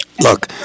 Look